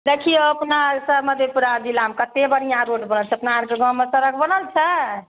देखियौ अपना सब मधेपुरा जिलामे कते बढ़िआँ रोड बनल छै अपना आरके गाँवमे सड़क बनल छै